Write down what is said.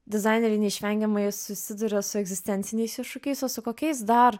dizaineriai neišvengiamai susiduria su egzistenciniais iššūkiais o su kokiais dar